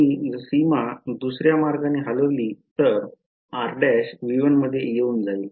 मी सीमा दुसर्या मार्गाने हलविली तर r' V1मध्ये येऊन जाईल